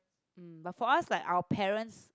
mm but for us like our parents